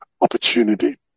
opportunity